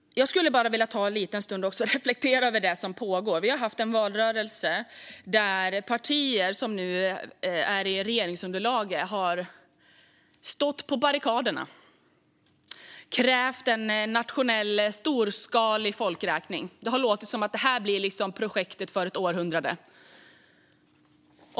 Jag skulle också vilja ta en liten stund och reflektera över det som pågår. Vi har haft en valrörelse där partier som nu ingår i regeringsunderlaget har stått på barrikaderna och krävt en storskalig nationell folkräkning. Det har låtit som att det här blir århundradets projekt.